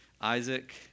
Isaac